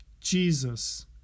Jesus